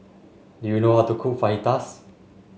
do you know how to cook Fajitas